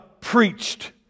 preached